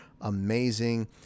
amazing